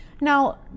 Now